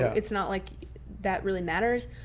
so its not like that really matters.